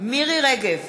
מירי רגב,